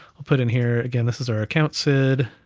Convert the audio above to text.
i'll put in here again, this is our account sid,